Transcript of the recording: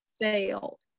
fail